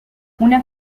una